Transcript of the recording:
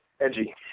edgy